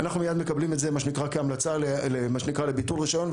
אנחנו מיד מקבלים את זה כמה שנקרא המלצה לביטול רישיון,